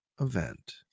event